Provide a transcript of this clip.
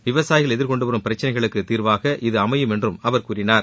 விவசாயிகள் எதிர்கொண்டு வரும் பிரச்சினைகளுக்கு தீர்வாக இது அமைபும் என்றம் அவர் கூறினார்